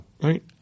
right